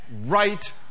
right